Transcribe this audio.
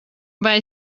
vai